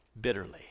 bitterly